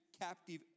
captive